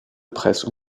presse